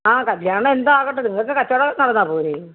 ആ കല്യാണം എന്തോ ആകട്ടെ നിങ്ങൾക്ക് കച്ചവടം നടന്നാൽ പോരേ